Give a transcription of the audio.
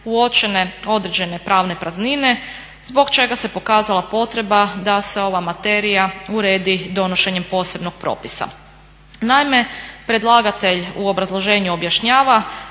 uočene određene pravne praznine zbog čega se pokazala potreba da se ova materija uredi donošenjem posebnog propisa.